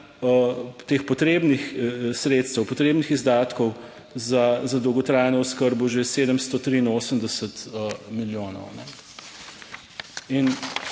teh potrebnih sredstev, potrebnih izdatkov za dolgotrajno oskrbo že 783 milijonov.